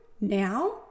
now